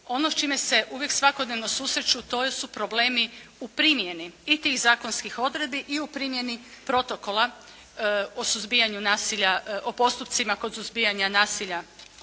ono s čime se uvijek svakodnevno susreću to su problemi u primjeni i tih zakonskih odredbi i u primjeni protokola o suzbijanju nasilja,